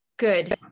good